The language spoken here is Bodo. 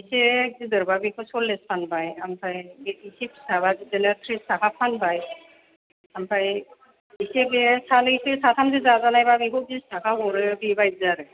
एसे गिदिर बा बेखौ सल्लिस फानबाय ओमफाय एसे फिसाबा बिदिनो त्रिस टाखा फानबाय ओमफ्राय एसे बे सानैसो साथामसो जाजानायबा बिस थाखा हरो बेबायदि आरो